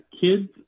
kids